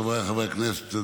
חבריי חברי הכנסת,